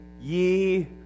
ye